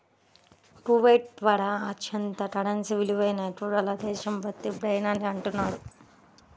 Kuwait తర్వాత అత్యంత currency విలువ ఎక్కువ గల దేశం బహ్రెయిన్ అని అంటున్నారు